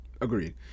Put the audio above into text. Agreed